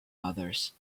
others